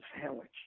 sandwich